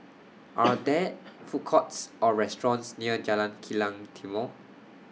Are There Food Courts Or restaurants near Jalan Kilang Timor